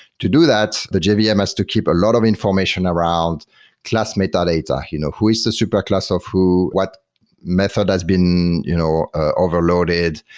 to do that, the jvm yeah has to keep a lot of information around classmate ah data. you know who is the super class of who? what method has been you know ah overloaded?